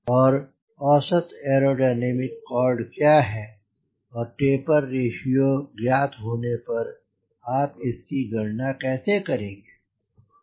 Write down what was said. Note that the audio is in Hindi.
और औसत एयरोडायनामिक कॉर्ड क्या है और टेपर रेश्यो ज्ञात होने पर आप इसकी गणना कैसे करेंगे